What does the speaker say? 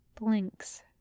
Blinks